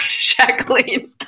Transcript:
Jacqueline